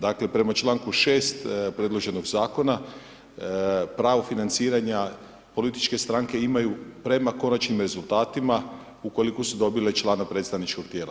Dakle, prema članku 6. predloženog zakona, pravo financiranje političke stranke imaju prema konačnim rezultatima ukoliko su dobile člana predstavničkog tijela.